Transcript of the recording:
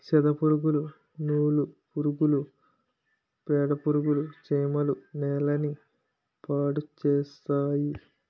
సెదపురుగులు నూలు పురుగులు పేడపురుగులు చీమలు నేలని పాడుచేస్తాయి